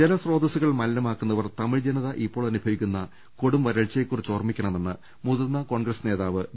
ജലസ്രോതസ്സുകൾ മലിനമാക്കുന്നവർ തമിഴ് ജനത ഇപ്പോഴനുഭവി ക്കുന്ന കൊടും വരൾച്ചയെക്കുറിച്ച് ഓർമ്മിക്കണമെന്ന് മുതിർന്ന കോൺഗ്രസ് നേതാവ് വി